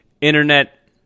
internet